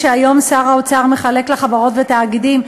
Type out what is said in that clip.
שהיום שר האוצר מחלק לחברות ולתאגידים,